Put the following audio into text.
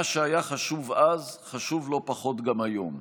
מה שהיה חשוב אז חשוב לא פחות גם היום.